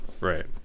Right